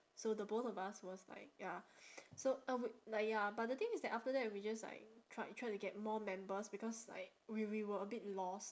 so the both of us was like ya so uh wait like ya but the thing is that after that we just like tried tried to get more members because like we we were a bit lost